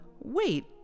wait